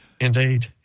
Indeed